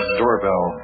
doorbell